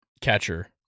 catcher